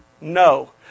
No